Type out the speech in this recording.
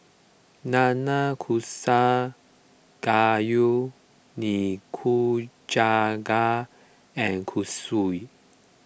Nanakusa Gayu Nikujaga and